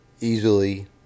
easily